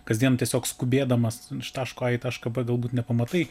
kasdien tiesiog skubėdamas iš taško a į tašką b galbūt nepamatai